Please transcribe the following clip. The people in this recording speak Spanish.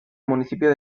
municipio